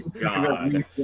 god